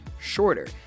shorter